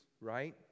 right